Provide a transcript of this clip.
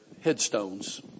headstones